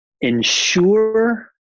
Ensure